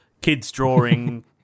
kids-drawing